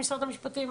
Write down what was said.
ממשרד המשפטים?